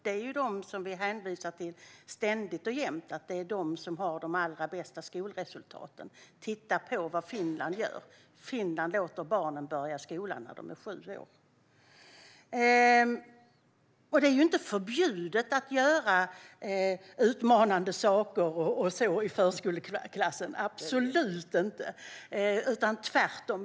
Det är ju Finland som vi hänvisar till ständigt och jämt, att Finland har de allra bästa skolresultaten. Finland låter barnen börja skolan när de är sju år. Det är ju inte förbjudet att göra utmanande saker i förskoleklassen, absolut inte, tvärtom.